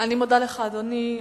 אני מודה לך, אדוני.